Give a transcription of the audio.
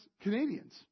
Canadians